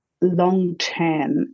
long-term